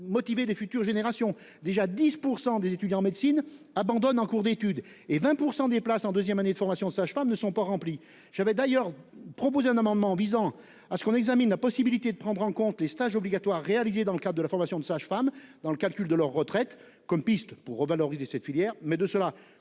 motivera les futures générations. Déjà 10 % des étudiants en médecine abandonnent leurs études en cours et 20 % des places en deuxième année de formation de sages-femmes ne sont pas remplies. J'avais proposé un amendement visant à prendre en compte les stages obligatoires réalisés dans le cadre de la formation de sage-femme pour le calcul de la retraite, comme piste pour revaloriser cette filière, mais nous